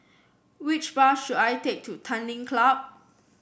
which bus should I take to Tanglin Club